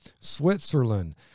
Switzerland